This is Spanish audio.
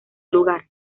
lugar